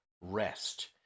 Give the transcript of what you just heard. rest